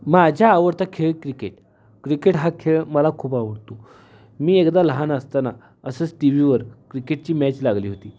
माझा आवडता खेळ क्रिकेट क्रिकेट हा खेळ मला खूप आवडतो मी एकदा लहान असताना असंच टी व्हीवर क्रिकेटची मॅच लागली होती